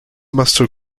master